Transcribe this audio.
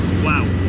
wow!